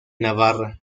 navarra